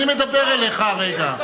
אני מדבר אליך הרגע.